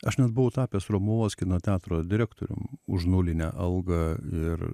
aš net buvau tapęs romuvos kino teatro direktorium už nulinę algą ir